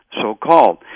so-called